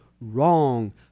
wrong